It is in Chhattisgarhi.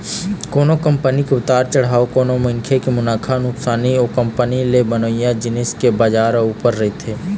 कोनो कंपनी के उतार चढ़ाव कोनो मनखे के मुनाफा नुकसानी ओ कंपनी ले बनइया जिनिस के बजार के ऊपर रहिथे